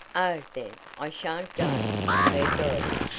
oh, then i shan't go, declared dorothy.